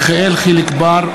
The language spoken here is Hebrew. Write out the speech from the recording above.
יחיאל חיליק בר,